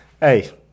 hey